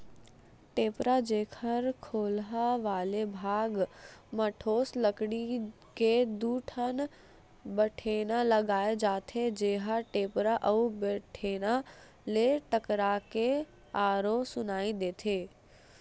टेपरा, जेखर खोलहा वाले भाग म ठोस लकड़ी के दू ठन बठेना लगाय जाथे, जेहा टेपरा अउ बठेना ले टकरा के आरो सुनई देथे